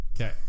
Okay